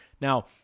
Now